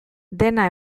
dena